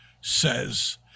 says